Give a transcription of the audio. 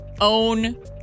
own